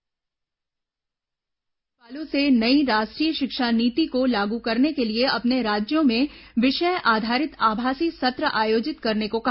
राष्ट्रपति ने राज्यपालों से नई राष्ट्रीय शिक्षा नीति को लागू करने के लिए अपने राज्यों में विषय आधारित आभासी सत्र आयोजित करने को कहा